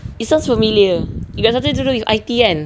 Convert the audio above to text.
it sounds familiar it got something to with I_T kan